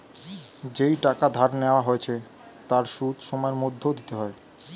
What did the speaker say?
যেই টাকা ধার নেওয়া হয়েছে তার সুদ সময়ের মধ্যে দিতে হয়